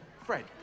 Fred